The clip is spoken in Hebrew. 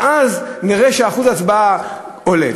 ואז נראה שאחוז ההצבעה עולה.